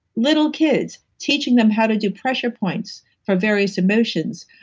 little kids, teaching them how to do pressure points for various emotions.